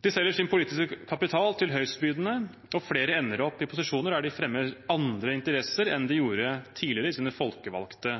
De selger sin politiske kapital til høystbydende, og flere ender opp i posisjoner der de fremmer andre interesser enn de gjorde tidligere, i sine folkevalgte